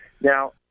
Now